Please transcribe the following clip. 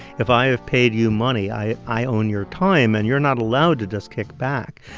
if i have paid you money, i i own your time, and you're not allowed to just kick back.